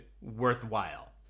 worthwhile